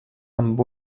amb